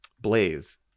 blaze